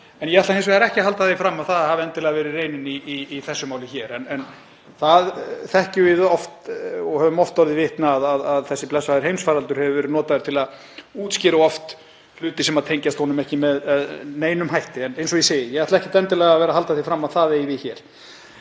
en ég ætla hins vegar ekki að halda því fram að það hafi endilega verið raunin í þessu máli. En það þekkjum við og höfum oft orðið vitni að, að þessi blessaði heimsfaraldur hafi verið notaður til að útskýra hluti sem tengjast honum ekki með neinum hætti. En eins og ég segi, ég ætla ekkert endilega að vera að halda því fram að það eigi við hér.